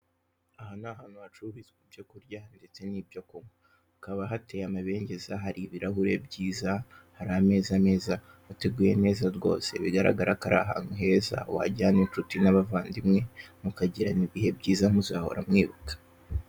Aha ni ahantu hacururizwa ibyo kurya ndetse n'ibyo kunywa hakaba hateye amabengeza. Hari ibirahure byiza, hari ameza meza, hateguye neza rwose bigaragara ko ari ahantu heza wajyana n'inshuti n'abavandimwe mukagirana ibihe byiza muzahora mwibuka.